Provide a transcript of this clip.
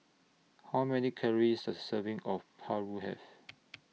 How Many Calories Does A Serving of Paru Have